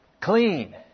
Clean